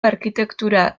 arkitektura